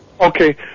Okay